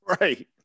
Right